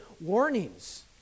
warnings